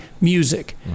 music